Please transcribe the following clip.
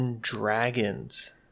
Dragons